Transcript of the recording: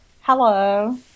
Hello